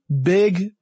big